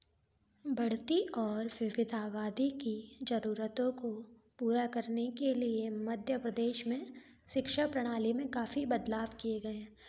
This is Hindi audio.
बढती और विविध आबादी की जरूरतों को पूरा करने के लिए मध्य प्रदेश में शिक्षा प्रणाली में काफ़ी बदलाव किए गए हैं